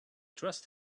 trust